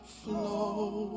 flow